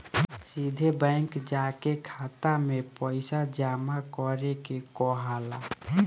सीधा बैंक जाके खाता में पइसा जामा करे के कहाला